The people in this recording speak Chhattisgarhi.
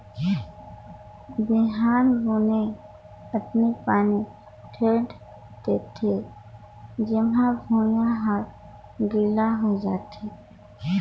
बिहन बुने मे अतनी पानी टेंड़ थें जेम्हा भुइयां हर गिला होए जाये